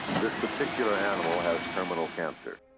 this particular animal has terminal cancer.